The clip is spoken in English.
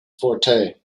forte